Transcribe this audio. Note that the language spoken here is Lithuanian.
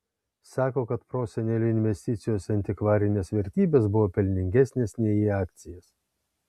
sako kad proseneliui investicijos į antikvarines vertybes buvo pelningesnės nei į akcijas